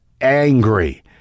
angry